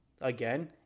again